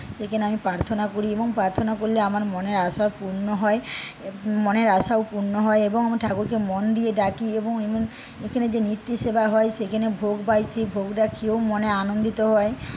সেখানে আমি প্রার্থনা করি এবং প্রার্থনা করলে আমার মনের আশা পূর্ণ হয় মনের আশাও পূর্ণ হয় এবং আমি ঠাকুরকে মন দিয়ে ডাকি এবং এখানে যে নিত্য সেবা হয় সেখানে ভোগ পাই সেই ভোগটা খেয়েও মনে আনন্দিত হয়